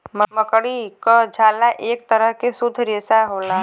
मकड़ी क झाला एक तरह के शुद्ध रेसा होला